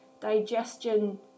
digestion